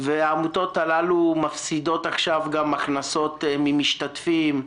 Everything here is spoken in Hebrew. והעמותות הללו מפסידות עכשיו גם הכנסות ממשתתפים,